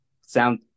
sound